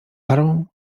parą